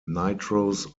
nitrous